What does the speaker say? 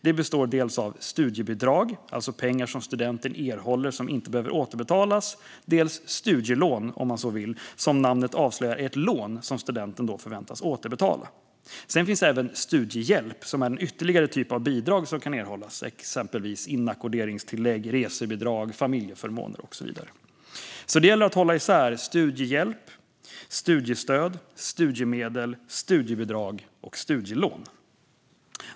Det består av dels studiebidrag, alltså pengar som studenter erhåller som inte behöver återbetalas, dels studielån som namnet avslöjar är ett lån som studenten förväntas återbetala. Sedan finns även studiehjälp, som är en ytterligare typ av bidrag som kan erhållas, exempelvis inackorderingstillägg, resebidrag, familjeförmåner och så vidare. Det gäller alltså att hålla isär studiehjälp, studiestöd, studiemedel, studiebidrag och studielån.